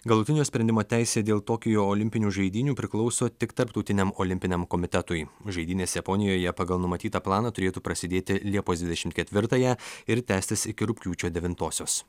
galutinio sprendimo teisė dėl tokijo olimpinių žaidynių priklauso tik tarptautiniam olimpiniam komitetui o žaidynės japonijoje pagal numatytą planą turėtų prasidėti liepos dvidešimt ketvirtąją ir tęstis iki rugpjūčio devintosios